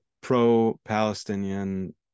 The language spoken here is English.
pro-Palestinian